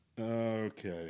Okay